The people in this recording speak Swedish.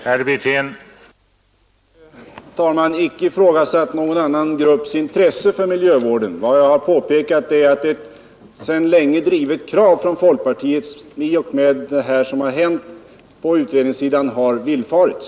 Herr talman! Jag har icke ifrågasatt någon annan grupps intresse för miljövården. Vad jag påpekat är att ett sedan länge drivet krav från folkpartiet i och med det som hänt på utredningssidan har villfarits.